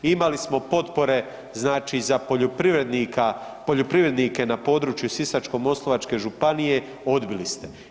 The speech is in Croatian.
Imali smo potpore znači za poljoprivrednika, poljoprivrednike na području Sisačko-moslavačke županije, odbili ste.